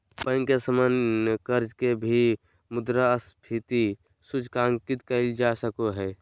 bank के सामान्य कर्ज के भी मुद्रास्फीति सूचकांकित कइल जा सको हइ